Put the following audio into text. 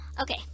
Okay